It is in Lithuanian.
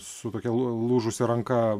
su tokia lu lūžusia ranka